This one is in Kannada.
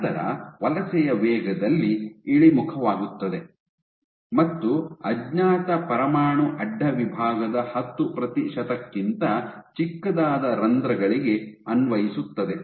ನಂತರ ವಲಸೆಯ ವೇಗದಲ್ಲಿ ಇಳಿಮುಖವಾಗುತ್ತದೆ ಮತ್ತು ಅಜ್ಞಾತ ಪರಮಾಣು ಅಡ್ಡ ವಿಭಾಗದ ಹತ್ತು ಪ್ರತಿಶತಕ್ಕಿಂತ ಚಿಕ್ಕದಾದ ರಂಧ್ರಗಳಿಗೆ ಅನ್ವಯಿಸುತ್ತದೆ